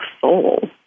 soul